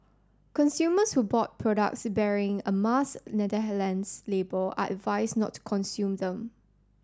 consumers who bought products bearing a Mars label are advised not to consume them